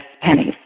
pennies